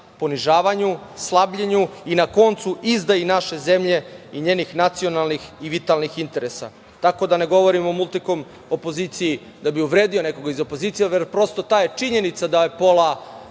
ponižavanju, slabljenju i, na koncu, izdaji naše zemlje i njenih nacionalnih i vitalnih interesa. Tako da, ne govorim o „Multikom“ opoziciji da bih uvredio nekoga iz opozicije, jer prosto, ta je činjenica da je pola